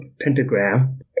pentagram